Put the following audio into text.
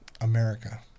america